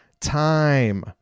time